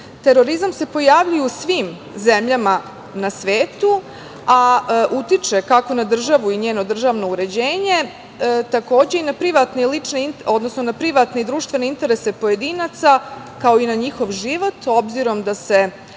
terorizam se pojavljuje u svim zemljama na svetu, a utiče kako na državu i njeno državno uređenje, takođe i na privatne i društvene interese pojedinaca, kao i na njihov život, obzirom da je